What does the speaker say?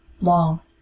Long